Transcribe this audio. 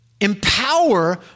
empower